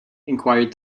enquired